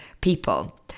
people